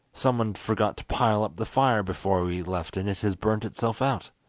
someone forgot to pile up the fire before we left and it has burnt itself out!